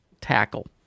tackle